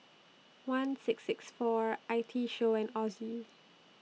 one six six four I T Show and Ozi